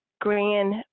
grand